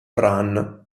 run